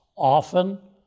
Often